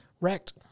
wrecked